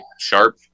sharp